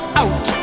out